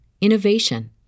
innovation